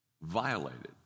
violated